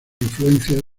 influencias